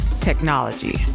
technology